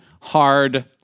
hard